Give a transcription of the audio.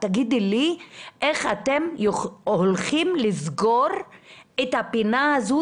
תגידי לי איך אתם הולכים לסגור את הפינה הזו,